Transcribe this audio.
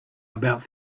about